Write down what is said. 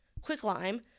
Quicklime